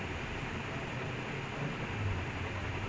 his face so proud